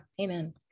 Amen